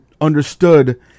understood